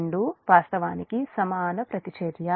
రెండూ వాస్తవానికి సమాన ప్రతిచర్య